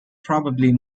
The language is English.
probably